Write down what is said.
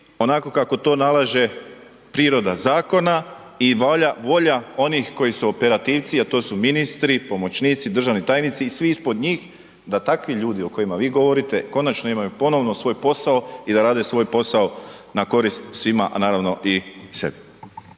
onako kako to nalaže priroda zakona i volja onih koji su operativci, a to su ministri, pomoćnici, državni tajnici i svi ispod njih da takvi ljudi o kojima vi govorite konačno imaju ponovno svoj posao i da rade svoj posao na korist svima a naravno i sebi.